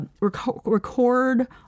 record